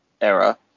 era